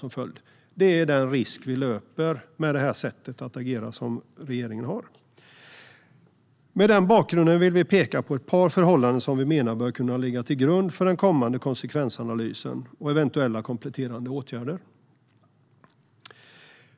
Det är den risk vi löper med regeringens sätt att agera. Mot denna bakgrund vill jag peka på ett par förhållanden som vi menar bör kunna ligga till grund för den kommande konsekvensanalysen och för eventuella kompletterande åtgärder.